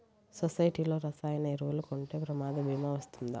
సొసైటీలో రసాయన ఎరువులు కొంటే ప్రమాద భీమా వస్తుందా?